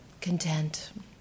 content